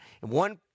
One